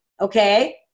okay